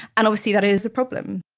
and obviously, that is a problem.